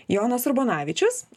jonas urbonavičius